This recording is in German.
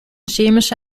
chemische